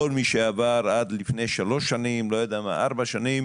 כל מי שעבר עד לפני שלוש-ארבע שנים